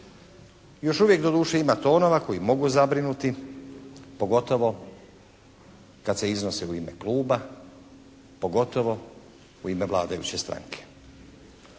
Još uvijek doduše ima tonova koji mogu zabrinuti. Pogotovo kad se iznose u ime kluba, pogotovo u ime vladajuće stranke.